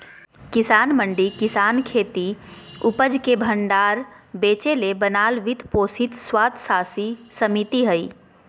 किसान मंडी किसानखेती उपज के भण्डार बेचेले बनाल वित्त पोषित स्वयात्तशासी समिति हइ